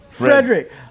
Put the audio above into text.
Frederick